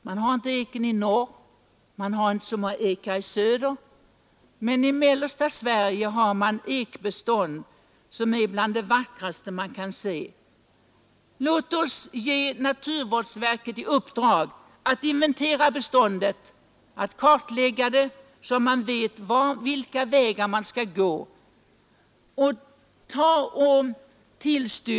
Eken finns inte i norr, och det finns inte särskilt många ekar i söder heller, men i mellersta Sverige har vi ekbestånd som är bland det vackraste man kan se. Låt oss ge naturvårdsverket i uppdrag att inventera och kartlägga beståndet av ekar, så att vi får klart för oss vilka vägar vi bör gå för att rädda dem.